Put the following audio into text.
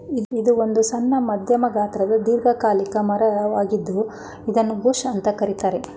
ಇದು ಒಂದು ಸಣ್ಣ ಮಧ್ಯಮ ಗಾತ್ರದ ದೀರ್ಘಕಾಲಿಕ ಮರ ವಾಗಿದೆ ಇದನ್ನೂ ಬುಷ್ ಅಂತ ಕರೀತಾರೆ